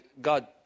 God